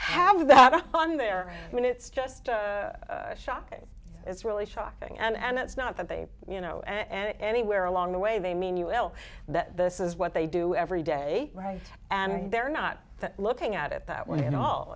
have that on their i mean it's just shocking it's really shocking and it's not that they you know and anywhere along the way they mean you will that this is what they do every day right and they're not looking at it that way at all